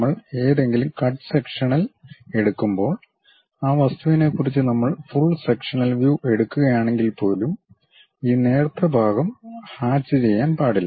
നമ്മൾ ഏതെങ്കിലും cut sectional എടുക്കുമ്പോൾ ആ വസ്തുവിനെക്കുറിച്ച് നമ്മൾ ഫുൾ സെക്ഷനൽ വ്യൂ എടുക്കുകയാണെങ്കിൽപ്പോലും ഈ നേർത്ത ഭാഗം ഹാച്ച് ചെയ്യാൻ പാടില്ല